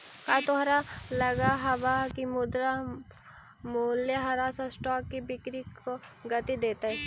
का तोहरा लगअ हवअ की मुद्रा मूल्यह्रास स्टॉक की बिक्री को गती देतई